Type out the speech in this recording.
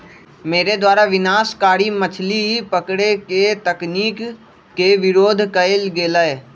मेरे द्वारा विनाशकारी मछली पकड़े के तकनीक के विरोध कइल गेलय